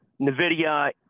NVIDIA